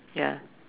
ya